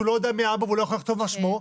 לא יודע מי האבא ולא יכול לכתוב את שמו?